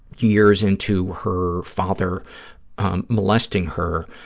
years into her father um molesting her,